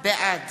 בעד